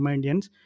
Indians